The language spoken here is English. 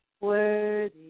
worthy